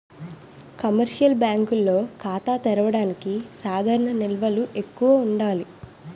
commercial బ్యాంకుల్లో ఖాతా తెరవడానికి సాధారణ నిల్వలు ఎక్కువగా ఉండాలి